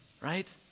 right